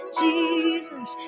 jesus